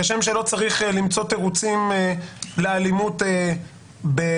כשם שלא צריך למצוא תירוצים לאלימות בטקסס